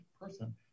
person